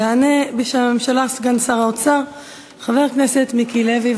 יענה בשם הממשלה סגן שר האוצר חבר הכנסת מיקי לוי.